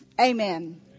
Amen